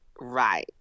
Right